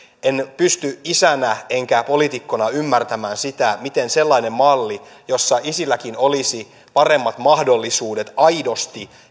en pysty isänä enkä poliitikkona ymmärtämään sitä miten sellainen malli jossa isilläkin olisi paremmat mahdollisuudet aidosti